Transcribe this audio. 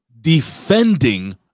defending